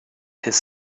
his